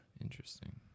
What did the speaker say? Interesting